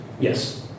Yes